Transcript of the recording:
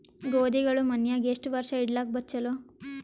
ಗೋಧಿಗಳು ಮನ್ಯಾಗ ಎಷ್ಟು ವರ್ಷ ಇಡಲಾಕ ಚಲೋ?